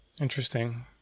Interesting